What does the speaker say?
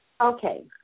Okay